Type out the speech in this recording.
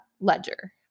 ledger